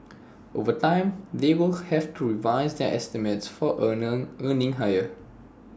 over time they will have to revise their estimates for earner earnings higher